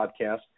podcast